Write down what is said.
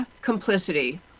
complicity